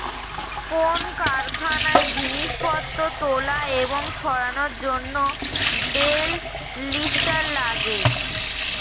কোন কারখানায় জিনিসপত্র তোলা এবং সরানোর জন্যে বেল লিফ্টার লাগে